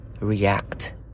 react